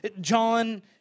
John